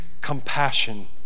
compassion